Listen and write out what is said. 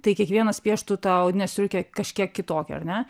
tai kiekvienas pieštų tą odinę striukę kažkiek kitokią ar ne